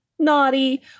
naughty